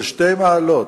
של שתי מעלות,